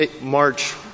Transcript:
March